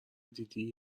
دیدی